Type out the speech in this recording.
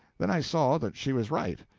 then i saw that she was right,